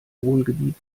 wohngebiet